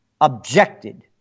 objected